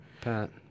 Pat